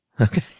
Okay